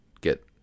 get